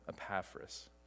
Epaphras